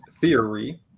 theory